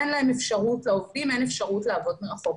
אין לעובדים אפשרות לעבוד מרחוק.